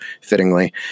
fittingly